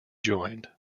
joined